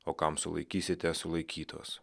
o kam sulaikysite sulaikytos